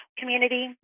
community